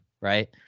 right